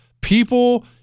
People